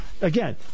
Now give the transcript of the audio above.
again